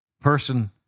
person